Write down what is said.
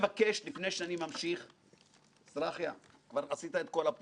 ממשיך, ברשותכם, אני רוצה לאפשר הבהרה קטנה